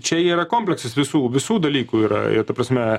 čia yra kompleksas visų visų dalykų yra ir ta prasme